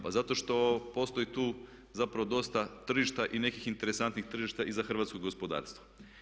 Pa zato što postoji tu zapravo dosta tržišta i nekih interesantnih tržišta i za hrvatsko gospodarstvo.